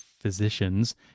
physicians